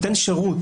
ניתן שירות,